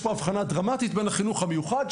יש פה הבחנה דרמטית בין החינוך המיוחד,